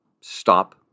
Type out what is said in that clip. stop